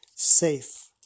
Safe